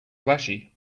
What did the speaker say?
flashy